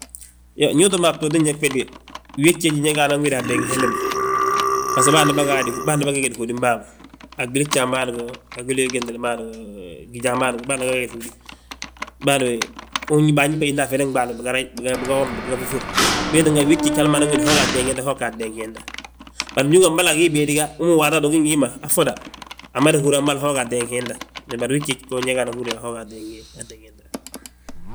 Iyoo, ndu utoo mo a btooti gñég bége, wii jjej ñéga anan wiindi ateeng hilli ma. Bbaso bâana gaadi, bâana bà gegedi hódim bâa ma, a gwili fjaam bân go, a gwili gwentelem bâan go gijaa go, bânabà bânbége, bayísbà yíse a ferin ɓaali ma, bigarayi, biga womte biga fúfur. Wee tínga wii jjej, hali ma nan widi ho ga ateengi hiinda ho gga ateengi hiinda. Bari ndu ugí yaa gmala gii béedi ga, uuŋ waato waati ugí ngi hí ma a ffoda, amada húri yaa mboli ho ga ateengi hiinda, bari wii jjéj, go ñégna húri yaa ho ga ateengi hiinda.